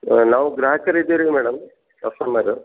ಹಾಂ ನಾವು ಗ್ರಾಹಕರು ಇದ್ದೀವಿ ರೀ ಮೇಡಮ್ ಕಸ್ಟಮರ್